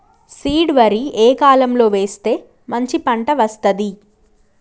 Seed వరి ఏ కాలం లో వేస్తే మంచి పంట వస్తది?